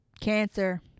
Cancer